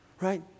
Right